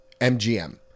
MGM